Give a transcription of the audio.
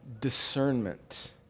discernment